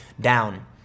down